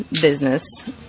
business